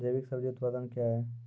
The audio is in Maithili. जैविक सब्जी उत्पादन क्या हैं?